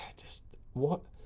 just, what?